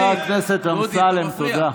חבר הכנסת אמסלם, תודה.